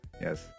Yes